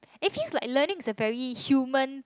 it feels like learning is a very human